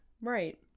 Right